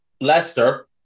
Leicester